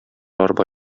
арба